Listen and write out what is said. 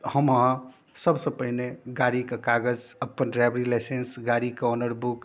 हम अहाँ सबसँ पहिने गाड़ीके कागज अपन ड्राइविङ्ग लाइसेन्स गाड़ीके ऑनर बुक